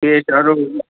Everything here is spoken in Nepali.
पेटहरू